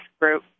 group